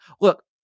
Look